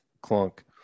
clunk